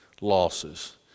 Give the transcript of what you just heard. Losses